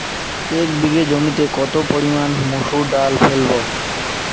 এক বিঘে জমিতে কত পরিমান মুসুর ডাল ফেলবো?